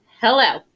hello